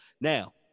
Now